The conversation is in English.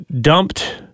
dumped